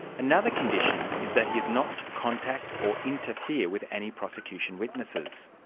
another condition is that he is not to contact or interfere with any prosecution witnesses.